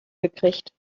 gekriegt